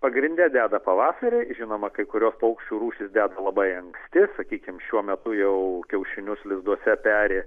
pagrinde deda pavasarį žinoma kai kurios paukščių rūšys deda labai anksti sakykim šiuo metu jau kiaušinius lizduose peri